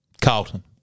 Carlton